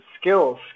Skills